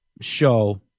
show